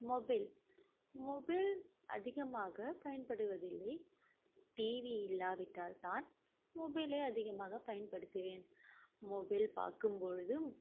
mobile mobile அதிகமாக பயன்படுவதில்லை TV இல்லாவிட்டால் தான் மொபைலை அதிகமாக பயன்படுத்துவேன் மொபைல் பார்க்கும்பொழுதும்